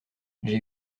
j’ai